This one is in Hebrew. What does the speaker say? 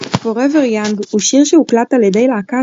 "Forever Young" הוא שיר שהוקלט על ידי להקת